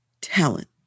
talent